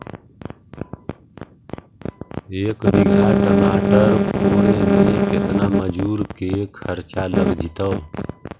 एक बिघा टमाटर कोड़े मे केतना मजुर के खर्चा लग जितै?